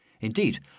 Indeed